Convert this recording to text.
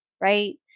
right